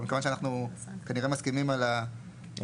אבל כמובן שאנחנו כנראה מסכימים על העיקרון